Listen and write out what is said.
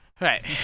Right